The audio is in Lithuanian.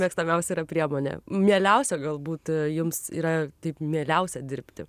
mėgstamiausia yra priemonė mieliausia galbūt jums yra taip mieliausia dirbti